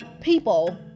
people